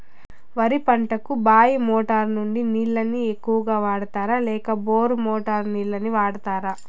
వరి పంటకు బాయి మోటారు నుండి నీళ్ళని ఎక్కువగా వాడుతారా లేక బోరు మోటారు నీళ్ళని వాడుతారా?